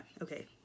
Okay